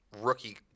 rookie